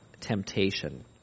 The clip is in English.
temptation